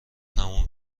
تموم